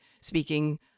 Speaking